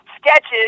sketches